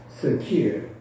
secure